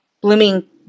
blooming